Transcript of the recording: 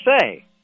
say